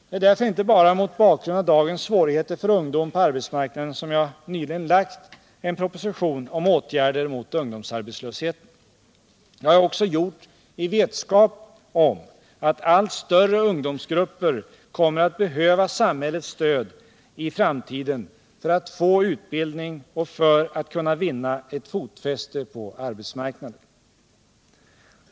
Det är därför inte bara mot bakgrund av dagens svårigheter för ungdom på arbetsmarknaden som jag nyligen lagt fram en proposition om åtgärder mot ungdomsarbetslösheten. Det har jag också gjort i vetskap om att allt större ungdomsgrupper kommer att behöva samhällets stöd i framtiden för att få utbildning och för att kunna vinna fotfäste på arbetsmarknaden.